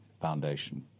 Foundation